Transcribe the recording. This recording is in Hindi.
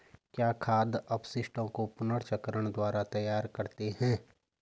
क्या खाद अपशिष्टों को पुनर्चक्रण द्वारा तैयार करते हैं?